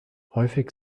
häufig